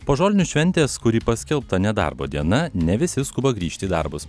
po žolinių šventės kuri paskelbta nedarbo diena ne visi skuba grįžti į darbus